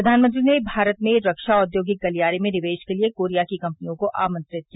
प्रधानमंत्री ने भारत में रक्षा औद्योगिक गलियारे में निवेश के लिए कोरिया की कंपनियों को आमंत्रित किया